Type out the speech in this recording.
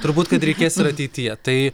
turbūt kad reikės ir ateityje tai